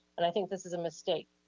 and i think this is a mistake.